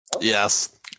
Yes